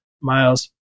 Miles